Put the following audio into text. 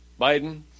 Biden